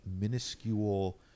minuscule